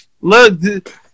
look